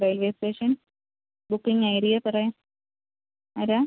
railway station booking I D എത്രയാ ആരാ